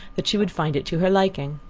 that she would find it to her liking.